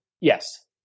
Yes